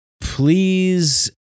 Please